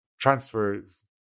transfers